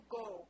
go